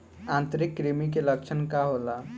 आंतरिक कृमि के लक्षण का होला?